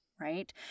right